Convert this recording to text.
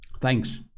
thanks